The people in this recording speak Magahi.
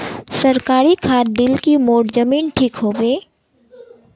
सरकारी खाद दिल की मोर जमीन ठीक होबे?